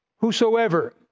whosoever